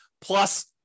Plus